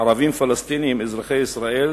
ערבים פלסטינים אזרחי ישראל,